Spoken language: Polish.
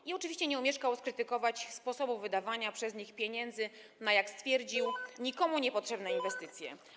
I oczywiście nie omieszkał skrytykować sposobu wydawania przez nich pieniędzy na, jak stwierdził, nikomu niepotrzebne inwestycje.